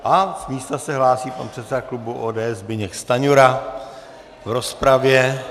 Á, z místa se hlásí pan předseda klubu ODS Zbyněk Stanjura v rozpravě.